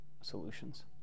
solutions